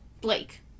Blake